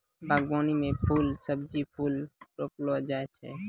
बागवानी मे फल, सब्जी, फूल रौपलो जाय छै